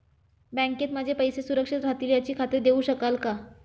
बँकेत माझे पैसे सुरक्षित राहतील याची खात्री देऊ शकाल का?